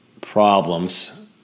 problems